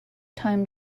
time